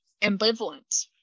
ambivalent